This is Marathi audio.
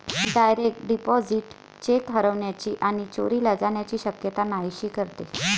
डायरेक्ट डिपॉझिट चेक हरवण्याची आणि चोरीला जाण्याची शक्यता नाहीशी करते